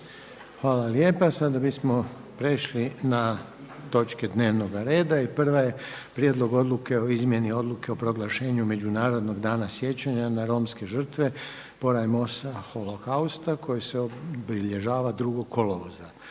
glasovanje o raspravljenim točkama. Prvo je Prijedlog odluke o izmjeni Odluke o proglašenju Međunarodnog dana sjećanja na romske žrtve Porajmosa holokausta koji se obilježava 2. kolovoza.